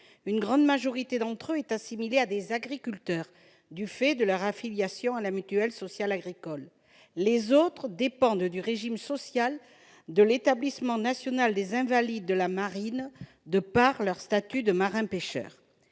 Une grande majorité d'entre eux sont assimilés à des agriculteurs du fait de leur affiliation à la mutualité sociale agricole, la MSA. Les autres dépendent du régime social de l'Établissement national des invalides de la marine, de par leur statut de marin pêcheur.